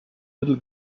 little